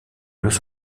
los